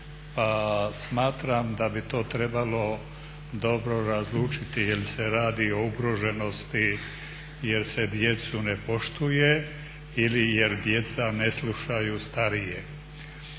Smatram da bi to trebalo dobro razlučiti je li se radi o ugroženosti jer se djecu ne poštuje ili jer djeca ne slušaju starije.